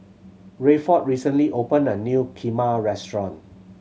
Rayford recently opened a new Kheema restaurant